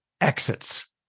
exits